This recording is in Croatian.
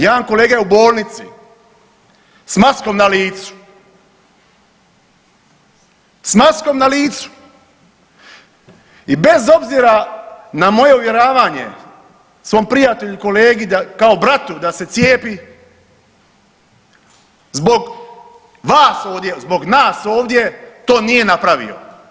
Jedan kolega je u bolnici s maskom na licu, s maskom na licu i bez obzira na moje uvjerenje svom prijatelju i kolegi kao bratu da se cijepi zbog vas ovdje, zbog nas ovdje to nije napravio.